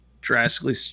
drastically